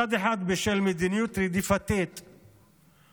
מצד אחד, בשל מדיניות רדיפה עוינת